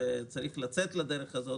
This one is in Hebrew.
וצריך לצאת לדרך הזאת,